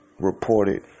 reported